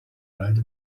ride